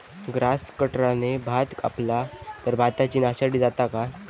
Grass कटराने भात कपला तर भाताची नाशादी जाता काय?